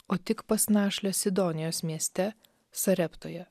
o tik pas našlę sidonijos mieste sareptoje